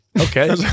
okay